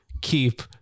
keep